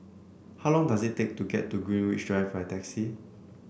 how long does it take to get to Greenwich Drive by taxi